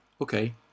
okay